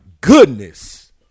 goodness